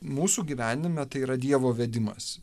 mūsų gyvenime tai yra dievo vedimas